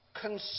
concern